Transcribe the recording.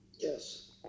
Yes